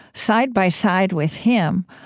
side by side with him,